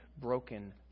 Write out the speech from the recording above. broken